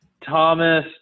Thomas